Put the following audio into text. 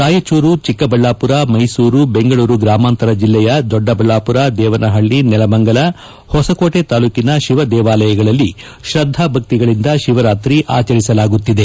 ರಾಯಚೂರು ಚಿಕ್ಕಬಳ್ಳಾಪುರ ಮೈಸೂರು ಬೆಂಗಳೂರು ಗ್ರಾಮಾಂತರ ಜಿಲ್ಲೆಯ ದೊಡ್ಡಬಳ್ಳಾಪುರ ದೇವನಹಳ್ಳಿ ನೆಲಮಂಗಲ ಹೊಸಕೋಟಿ ತಾಲೂಕಿನ ಶಿವ ದೇವಾಲಯಗಳಲ್ಲಿ ಶ್ರದ್ದಾ ಭಕ್ತಿಗಳಿಂದ ಶಿವರಾತ್ರಿ ಆಚರಿಸಲಾಗುತ್ತಿದೆ